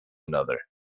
another